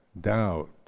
doubt